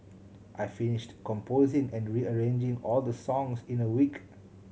I finished composing and rearranging all the songs in a week